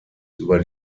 über